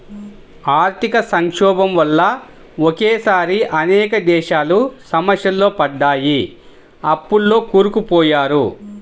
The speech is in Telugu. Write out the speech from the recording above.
ఆర్థిక సంక్షోభం వల్ల ఒకేసారి అనేక దేశాలు సమస్యల్లో పడ్డాయి, అప్పుల్లో కూరుకుపోయారు